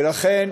ולכן